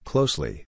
Closely